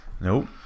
Nope